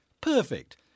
Perfect